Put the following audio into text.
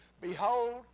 Behold